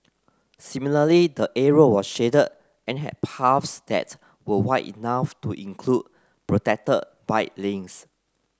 similarly the area was shaded and had paths that were wide enough to include protected bike lanes